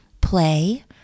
Play